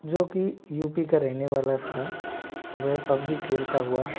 जो कि U P का रहने वाला था वह पबजी खेलता हुआ